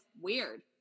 weird